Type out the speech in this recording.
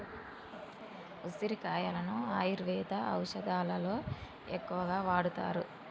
ఉసిరికాయలను ఆయుర్వేద ఔషదాలలో ఎక్కువగా వాడుతారు